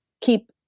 keep